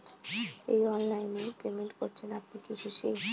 এই অনলাইন এ পেমেন্ট করছেন আপনি কি খুশি?